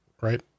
right